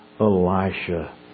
Elisha